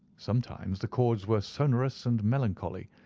sometimes the chords were sonorous and melancholy.